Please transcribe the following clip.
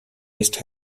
waste